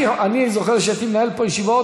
אני זוכר שהייתי מנהל פה ישיבות,